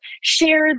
share